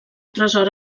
tresor